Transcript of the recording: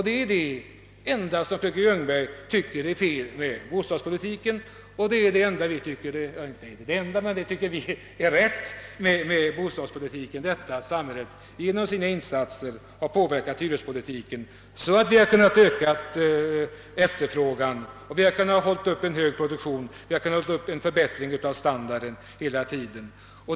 Det tycker fröken Ljungberg är ett fel i bostadspolitiken, men vi tycker det är riktigt att samhället på detta sätt genom sina insatser kunnat påverka hyrespolitiken, så att vi kunnat öka efterfrågan, kunnat få en hög produktion och kunnat förbättra standarden hela tiden.